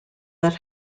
that